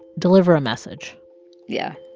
deliver a message yeah.